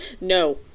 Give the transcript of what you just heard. No